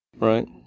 Right